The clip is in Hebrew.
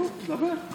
דבר.